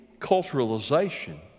culturalization